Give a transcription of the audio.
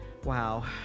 Wow